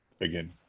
again